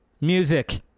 music